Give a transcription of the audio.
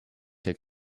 take